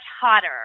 hotter